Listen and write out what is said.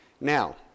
Now